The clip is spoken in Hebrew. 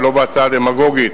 ולא בהצעה דמגוגית,